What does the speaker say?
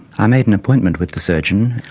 i made an appointment with the surgeon.